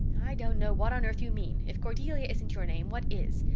i don't know what on earth you mean. if cordelia isn't your name, what is?